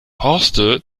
horste